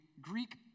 Greek